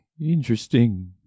interesting